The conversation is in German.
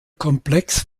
komplex